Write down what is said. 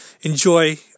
enjoy